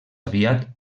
aviat